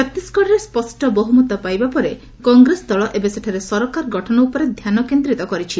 ଛତିଶଗଡ଼ରେ ସ୍ୱଷ୍ଟ ବହୁମତ ପାଇବା ପରେ କଂଗେସ ଦଳ ଏବେ ସେଠାରେ ସରକାର ଗଠନ ଉପରେ ଧ୍ୟାନ କେନ୍ଦ୍ରୀତ କରିଛି